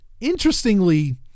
interestingly